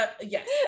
Yes